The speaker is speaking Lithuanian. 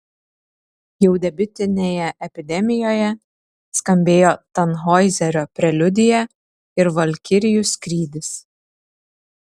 jau debiutinėje epidemijoje skambėjo tanhoizerio preliudija ir valkirijų skrydis